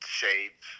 shape